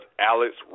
Alex